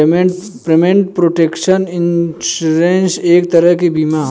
payment protection insurance एक तरह के बीमा ह